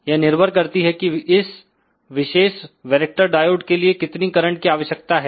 यह निर्भर करती है कि इस विशेष वैरेक्टर डायोड के लिए कितनी करंट की आवश्यकता है